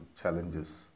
challenges